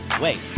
wait